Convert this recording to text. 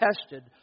tested